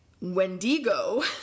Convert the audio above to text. Wendigo